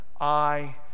I